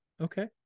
Okay